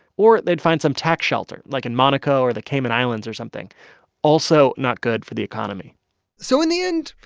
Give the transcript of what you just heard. or they'd find some tax shelter, like in monaco or the cayman islands or something also not good for the economy so in the end,